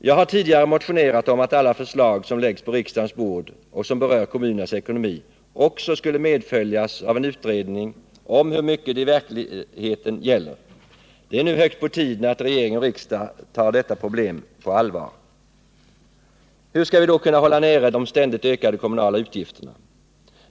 Jag har tidigare motionerat om att alla förslag som läggs på riksdagens bord och som berör kommunernas ekonomi också skulle medföljas av en utredning om hur mycket det i verkligheten gäller. Det är nu högt på tiden att regering och riksdag tar detta problem på allvar. Hur skall vi då kunna hålla nere de ständigt ökande kommunala utgifterna?